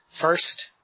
first